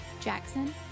Jackson